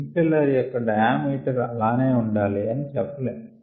impeller యొక్క diameter అలానే ఉండాలి అని చెప్పలేము